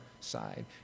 side